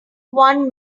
one